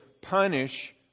punish